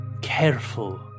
careful